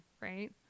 right